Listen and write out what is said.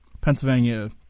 Pennsylvania